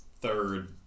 third